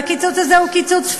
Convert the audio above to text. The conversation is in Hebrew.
והקיצוץ הזה הוא קיצוץ flat,